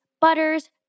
butters